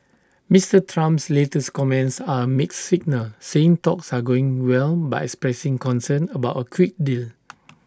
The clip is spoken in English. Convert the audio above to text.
Mister Trump's latest comments are A mixed signal saying talks are going well but expressing concern about A quick deal